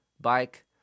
bike